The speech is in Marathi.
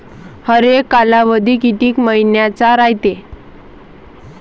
हरेक कालावधी किती मइन्याचा रायते?